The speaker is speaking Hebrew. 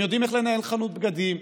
יודעים איך לנהל חנות בגדים,